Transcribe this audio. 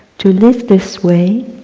to live this way,